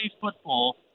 football